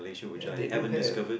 ya they do have